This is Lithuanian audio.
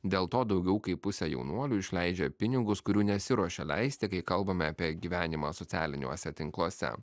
dėl to daugiau kaip pusė jaunuolių išleidžia pinigus kurių nesiruošia leisti kai kalbame apie gyvenimą socialiniuose tinkluose